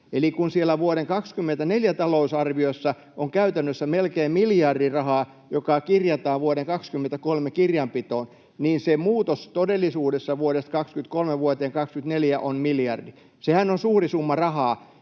Eli kun siellä vuoden 24 talousarviossa on käytännössä melkein miljardi rahaa, joka kirjataan vuoden 23 kirjanpitoon, niin se muutos todellisuudessa vuodesta 23 vuoteen 24 on miljardi. Sehän on suuri summa rahaa.